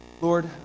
Lord